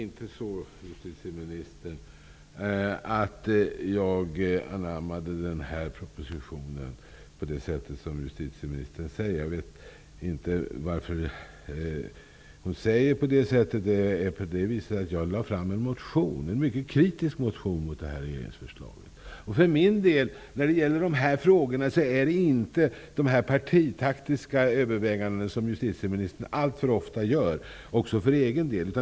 Herr talman! Jag anammade inte den här propositionen på det sätt som justitieministern beskriver. Jag vet inte varför hon säger så. Jag lade faktiskt fram en mycket kritisk motion mot det här regeringsförslaget. När det gäller dessa frågor rör det sig för min del inte om sådana partitaktiska överväganden som justitieministern alltför ofta gör, också för egen del.